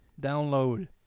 download